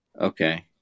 Okay